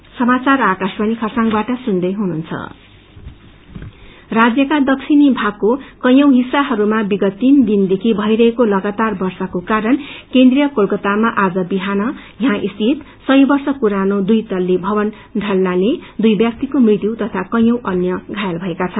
weather डेय राज्यको दक्षिणी भागका कैयौं हिस्साहरूमा विगत तीन दिनदेखि भइरहेको लगातार वर्षाको कारण केन्द्रीय कोलकतामा आज विहान यहाँ स्थित सय वर्ष पुरानो दुइवल्ले भवन लड्नाले दुइ व्यक्तिको मृत्यु तथा कैयौं अन्य घायल भएका छन्